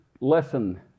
lesson